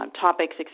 topics